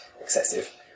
excessive